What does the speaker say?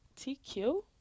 tq